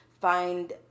find